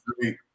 great